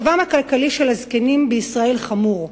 מצבם הכלכלי של הזקנים בישראל חמור.